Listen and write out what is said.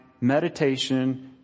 meditation